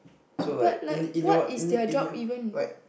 so like in in your in in your like